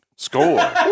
Score